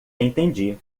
entendi